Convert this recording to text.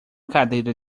cadeira